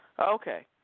Okay